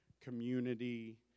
community